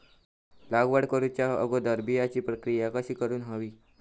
लागवड करूच्या अगोदर बिजाची प्रकिया कशी करून हवी?